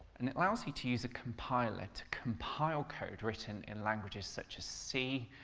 and it allows you to use a compiler to compile code written in languages such as c,